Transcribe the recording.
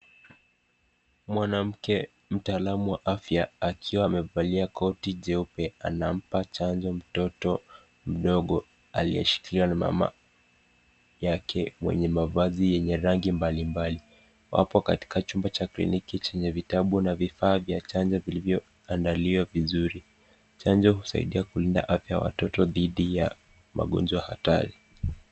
Mwanamke, mtaalamu wa afya akiwa amevalia koti nyeupe anampa chanjo mtoto mdogo aliyeshikiliwa na mama yake mwenye mavazi yenye rangi mbali mbali hapo katika chumba cha kliniki chenye vitabu na vifaa vya chanjo vilivyoandaliwa vizuri. Chanjo husaidia kulinda afya ya watoto dhidi ya magonjwa hatari.